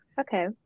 okay